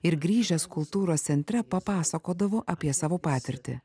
ir grįžęs kultūros centre papasakodavo apie savo patirtį